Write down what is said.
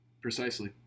Precisely